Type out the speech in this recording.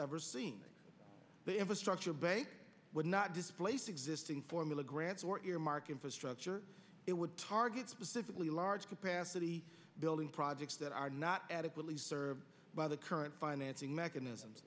ever seen they have a structure bank would not displace existing formula grants or earmark infrastructure it would target specifically large capacity building projects that are not adequately served by the current financing mechanism